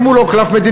אם הוא לא קלף מדיני,